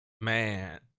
man